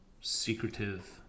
secretive